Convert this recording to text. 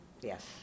Yes